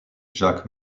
jacques